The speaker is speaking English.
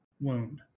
wound